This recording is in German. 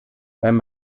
beim